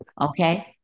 Okay